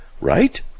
right